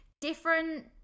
different